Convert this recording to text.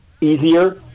easier